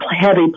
heavy